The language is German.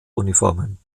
uniformen